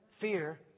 Fear